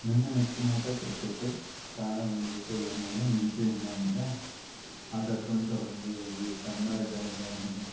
ನನ್ನ ನೆಚ್ಚಿನ ಆಟ ಕ್ರಿಕೆಟು ಕಾರಣ ಬಂದುಬಿಟ್ಟು ಏನಂದರೆ ಮುಂಚೆಯಿಂದ ಏನಿದೆ ಆಟಾಡ್ಕೊತ ಬಂದಿದ್ದೀವಿ ಸಣ್ಣವ್ರು ಇದ್ದಾಗಿಂದ ಏನಿದೆ